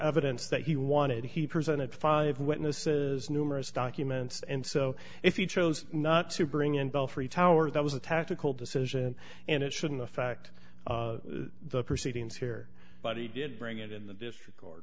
evidence that he wanted he presented five witnesses numerous documents and so if he chose not to bring in belfry tower that was a tactical decision and it shouldn't affect the proceedings here but he did bring it in the district